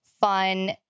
fun